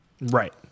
Right